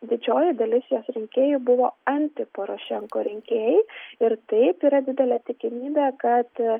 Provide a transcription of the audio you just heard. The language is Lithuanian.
didžioji dalis jos rinkėjų buvo anti porošenko rinkėjai ir taip yra didelė tikimybė kad